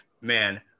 Man